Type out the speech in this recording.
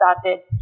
started